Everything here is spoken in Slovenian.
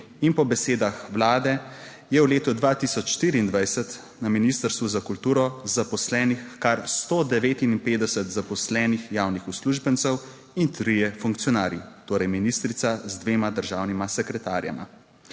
in po besedah vlade je v letu 2024 na Ministrstvu za kulturo zaposlenih kar 159 zaposlenih javnih uslužbencev in trije funkcionarji, torej ministrica z dvema državnima sekretarjema.